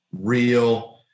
real